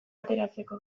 ateratzeko